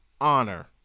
honor